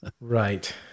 Right